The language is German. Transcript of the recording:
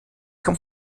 kommt